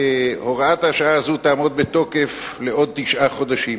הוראת השעה הזאת תעמוד בתוקף עוד תשעה חודשים.